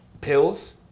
pills